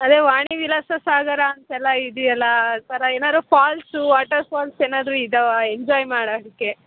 ಅದೆ ವಾಣಿ ವಿಲಾಸ ಸಾಗರ ಅಂತೆಲ್ಲ ಇದೆಯಲ್ಲಾ ಸರ ಏನಾದ್ರು ಫಾಲ್ಸು ವಾಟರ್ ಫಾಲ್ಸ್ ಏನಾದರು ಇದ್ದಾವಾ ಎಂಜಾಯ್ ಮಾಡೋದಕ್ಕೆ